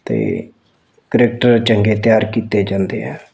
ਅਤੇ ਕ੍ਰਿਕਟਰ ਚੰਗੇ ਤਿਆਰ ਕੀਤੇ ਜਾਂਦੇ ਆ